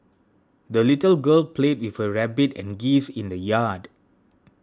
the little girl played with her rabbit and geese in the yard